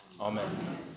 Amen